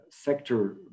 sector